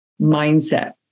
mindset